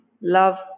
love